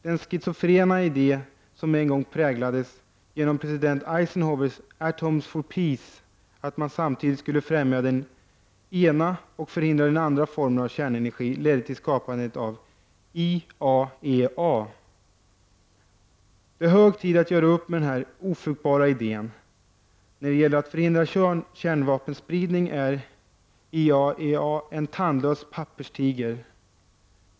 Den schizofrena idé som en gång präglades genom president Eisenhowers ”Atoms for peace”, nämligen att man samtidigt skulle främja den ena och förhindra den andra formen av kärnenergi, ledde till skapandet av IAEA. Det är hög tid att göra upp med denna ofruktbara idé. När det gäller att förhindra kärnvapenspridning är IAEA en tandlös papperstiger.